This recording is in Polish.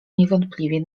niewątpliwie